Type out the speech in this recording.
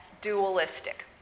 dualistic